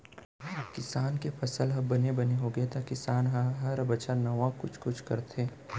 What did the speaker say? किसान के फसल ह बने बने होगे त किसान ह हर बछर नावा कुछ कुछ करथे